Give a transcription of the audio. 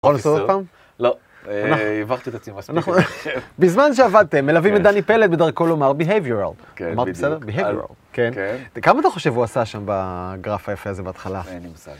לנסות עוד פעם? -לא, העברתי את עצמי מספיק. בזמן שעבדתם, מלווים את דני פלד בדרכו לומר Behavioral. -כן, בדיוק. אמרתי נכון? Behavioral. -כן. כמה אתה חושב הוא עשה שם בגרף היפה הזה בהתחלה? -אין לי מושג.